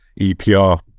EPR